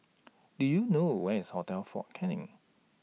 Do YOU know Where IS Hotel Fort Canning